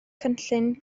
cynllun